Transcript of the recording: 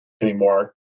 anymore